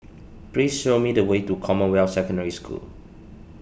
please show me the way to Commonwealth Secondary School